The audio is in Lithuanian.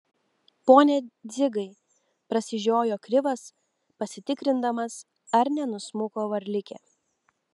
pone dzigai prasižiojo krivas pasitikrindamas ar nenusmuko varlikė